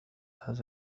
هذه